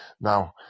Now